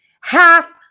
half